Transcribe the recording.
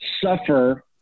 suffer